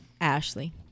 Ashley